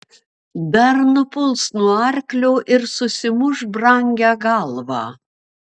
dar nupuls nuo arklio ir susimuš brangią galvą